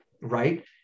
right